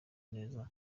neza